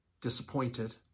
disappointed